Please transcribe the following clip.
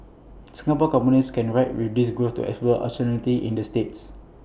Singapore companies can ride with this growth to explore opportunities in the states